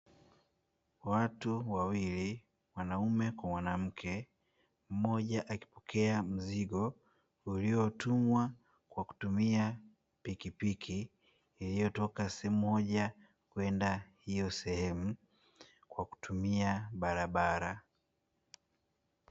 Watu wawili wanaume kwa wanawake wakipokea mzigo ulitumwa kwa pikpiki